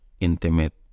intimate